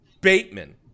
Bateman